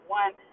one